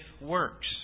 works